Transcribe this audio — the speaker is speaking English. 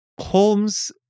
Holmes